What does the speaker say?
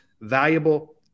valuable